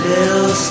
Little